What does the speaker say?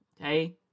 okay